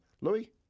Louis